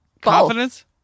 confidence